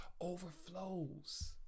overflows